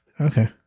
Okay